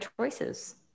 choices